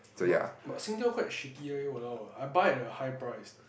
but but Singtel quite shitty leh !walao! I buy at a high price